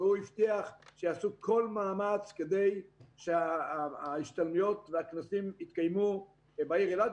והוא הבטיח שיעשו כל מאמץ כדי שההשתלמויות והכנסים יתקיימו בעיר אילת,